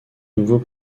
nouveau